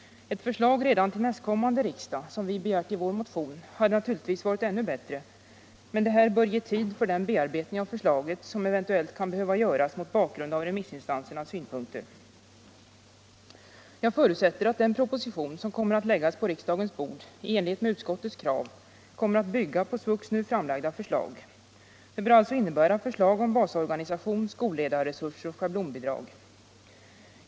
Ett förslag redan till nästkommande riksdag som vi begärt i vår motion hade naturligtvis varit ännu bättre, men det här bör ge tid för den bearbetning av förslaget som eventuellt kan behöva göras mot bakgrund av remissinstansernas synpunkter. Jag förutsätter att den proposition som läggs på riksdagens bord i enlighet med utskottets krav kommer att bygga på SVUX:s nu framlagda förslag. Det bör alltså innebära förslag om basorganisation, skolledarresurser och höjt schablonbidrag.